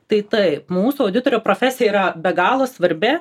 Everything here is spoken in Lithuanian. tai taip mūsų auditorių profesija yra be galo svarbi